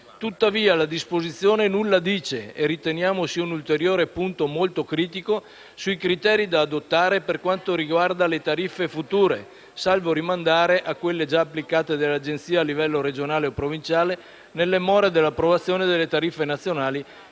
Tuttavia, la disposizione nulla dice, e riteniamo sia un ulteriore punto molto critico, sui criteri da adottare per quanto riguarda le tariffe future, salvo rimandare a quelle già applicate dalle agenzie a livello regionale o provinciale, nelle more dell'approvazione delle tariffe nazionali